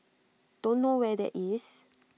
don't know where that is